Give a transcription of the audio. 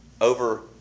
over